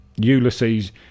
Ulysses